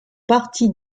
partie